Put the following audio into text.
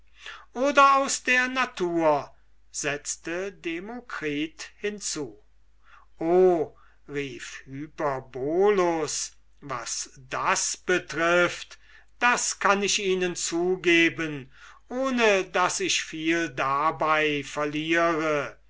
oder aus der natur setzte demokritus hinzu o rief hyperbolus was das betrifft das kann ich ihnen zugeben ohne daß ich viel dabei verliere